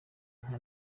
nka